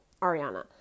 Ariana